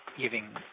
giving